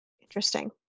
Interesting